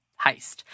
heist